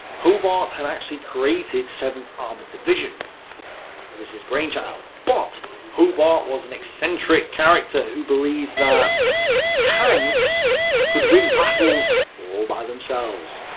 hobart had actually created seventh armoured division it was his brain child but hobart was an eccentric character who believed that tanks could win battles all by themselves.